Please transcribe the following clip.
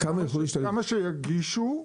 כמה שיגישו,